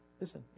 Listen